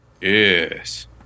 Yes